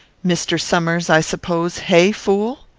mr. somers, i suppose hey, fool?